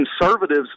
conservatives